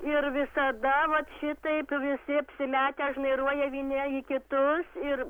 ir visada vat šitaip visi apsimetę žnairuoja vieni kitus ir